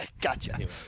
Gotcha